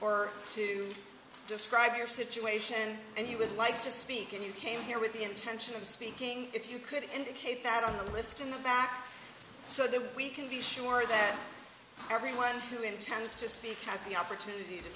or to describe your situation and you would like to speak in you came here with the intention of speaking if you could indicate that on the list in the back so that we can be sure that everyone who intends to speak has the opportunity to